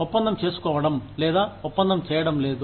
ఒప్పందం చేసుకోవడం లేదా ఒప్పందం చేయడం లేదు